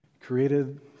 created